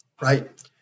right